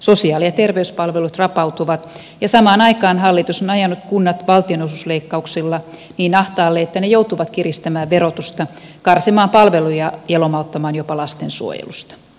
sosiaali ja terveyspalvelut rapautuvat ja samaan aikaan hallitus on ajanut kunnat valtionosuusleikkauksilla niin ahtaalle että ne joutuvat kiristämään verotusta karsimaan palveluja ja lomauttamaan jopa lastensuojelusta